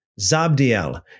Zabdiel